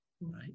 right